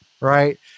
right